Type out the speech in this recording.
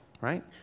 right